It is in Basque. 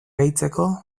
gehitzeko